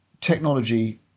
technology